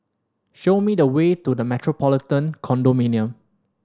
show me the way to The Metropolitan Condominium